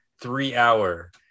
three-hour